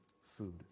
food